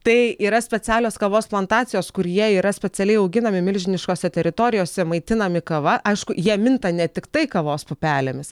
tai yra specialios kavos plantacijos kur jie yra specialiai auginami milžiniškose teritorijose maitinami kava aišku jie minta ne tiktai kavos pupelėmis